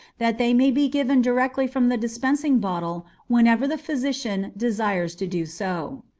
that they may be given directly from the dispensing bottle whenever the physician desires to do so.